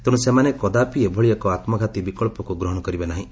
ତେଣୁ ସେମାନେ କଦାପି ଏଭଳି ଏକ ଆମ୍ଘାତୀ ବିକ୍ସକୁ ଗ୍ରହଣ କରିବେ ନାହିଁ